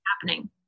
happening